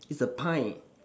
it's a pie